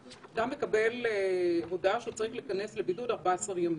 חקירה אפידמיולוגית,"; מה קורה לגבי הכלי האזרחי?